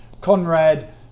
Conrad